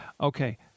Okay